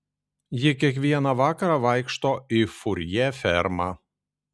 ji kiekvieną vakarą vaikšto į furjė fermą